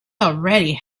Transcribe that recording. already